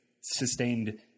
sustained